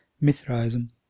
Mithraism